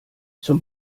zum